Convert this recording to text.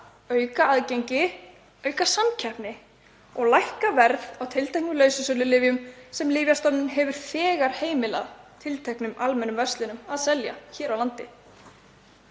auka aðgengi, auka samkeppni og lækka verð á tilteknum lausasölulyfjum sem Lyfjastofnun hefur þegar heimilað tilteknum almennum verslunum að selja hér á landi.